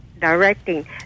directing